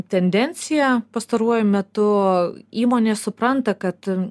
tendencija pastaruoju metu įmonės supranta kad